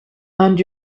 and